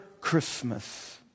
Christmas